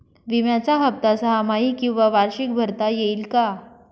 विम्याचा हफ्ता सहामाही किंवा वार्षिक भरता येईल का?